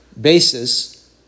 basis